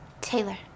Taylor